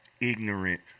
ignorant